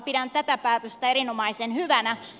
pidän tätä päätöstä erinomaisen hyvänä